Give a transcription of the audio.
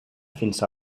fins